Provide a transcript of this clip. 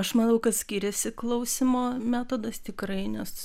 aš manau kad skiriasi klausymo metodas tikrai nes